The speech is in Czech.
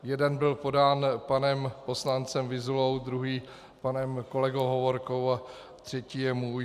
Jeden byl podán panem poslancem Vyzulou, druhý panem kolegou Hovorkou a třetí je můj.